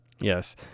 Yes